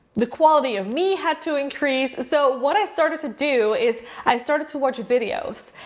the quality of me had to increase. so what i started to do, is i started to watch videos,